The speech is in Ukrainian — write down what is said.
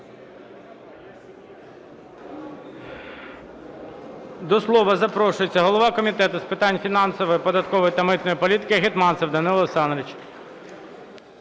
До слова запрошується голова Комітету з питань фінансової, податкової та митної політики Гетманцев Данило Олександрович.